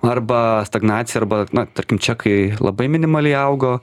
arba stagnaciją arba na tarkim čekai labai minimaliai augo